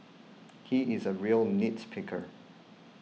he is a real nits picker